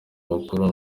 makuru